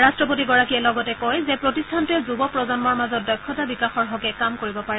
ৰাট্টপতিয়ে লগতে কয় যে প্ৰতিষ্ঠানটোৱে যুৱ প্ৰজন্মৰ মাজত দক্ষতা বিকাশৰ হকে কাম কৰিব পাৰে